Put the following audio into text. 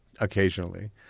occasionally –